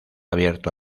abierto